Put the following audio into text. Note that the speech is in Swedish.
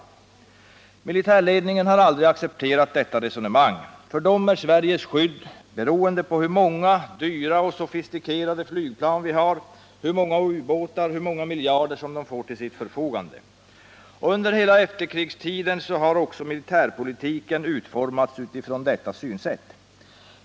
Ett sådant resonemang har aldrig accepterats av militärledningen. För dem är Sveriges skydd beroende på hur många dyra och sofistikerade flygplan vi har, hur många ubåtar och hur många miljarder som de får till förfogande. Under hela efterkrigstiden har militärpolitiken också utformats utifrån detta synsätt.